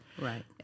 Right